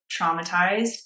traumatized